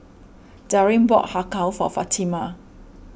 Darin bought Har Kow for Fatima